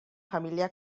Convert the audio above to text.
familia